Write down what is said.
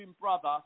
brother